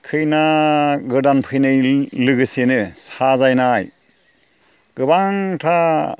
खैना गोदान फैनाय लोगोसेनो साजायनाय गोबांथा